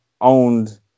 owned